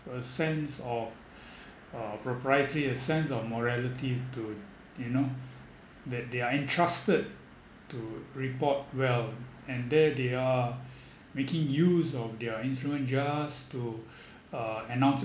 a sense of (popb) uh propriety a sense of morality to you know that they are entrusted to report well and there they are making use of their influence just to uh announce